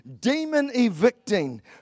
demon-evicting